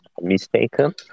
mistaken